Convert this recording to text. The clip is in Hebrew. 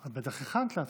את בטח הכנת לעצמך.